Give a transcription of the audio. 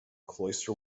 cloister